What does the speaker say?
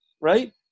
right